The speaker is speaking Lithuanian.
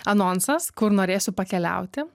anonsas kur norėsiu pakeliauti